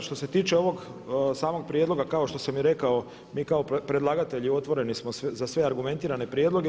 Što se tiče ovog samog prijedloga kao što sam i rekao mi kao predlagatelji otvoreni smo za sve argumentirane prijedloge.